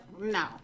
no